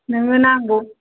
नोङो नांगौ